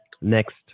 next